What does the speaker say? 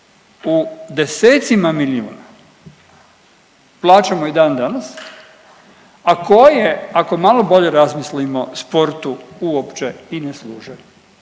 u desecima milijuna plaćamo i dan danas, a koje ako malo bolje razmislimo sportu uopće i ne služe